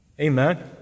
Amen